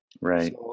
Right